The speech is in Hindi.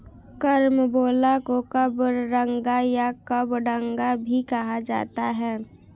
करम्बोला को कबरंगा या कबडंगा भी कहा जाता है